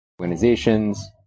organizations